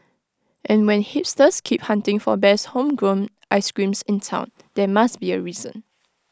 and when hipsters keep hunting for best homegrown ice creams in Town there must be A reason